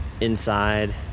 inside